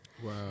Wow